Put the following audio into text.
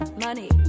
money